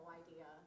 idea